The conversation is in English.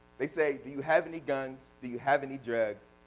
they say, do you have any guns? do you have any drugs?